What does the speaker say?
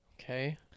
Okay